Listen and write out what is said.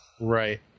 Right